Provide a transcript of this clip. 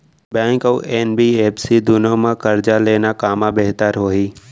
Bank अऊ NBFC दूनो मा करजा लेना कामा बेहतर होही?